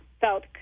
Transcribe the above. felt